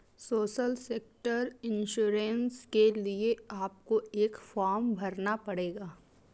social sector insurance के लिए आपको एक फॉर्म भरना पड़ेगा